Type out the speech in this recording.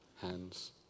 hands